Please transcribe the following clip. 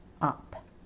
up